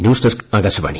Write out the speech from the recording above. news desk Akashvani